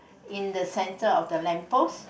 in the center of the lamp post